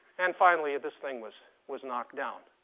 and finally this thing was was knocked down.